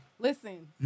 Listen